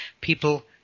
people